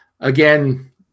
Again